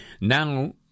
Now